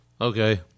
Okay